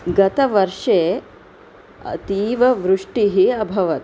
गतवर्षे अतीववृष्टिः अभवत्